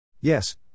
Yes